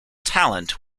talent